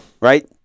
Right